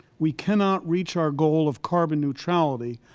we cannot reach our goal of carbon neutrality,